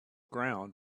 ground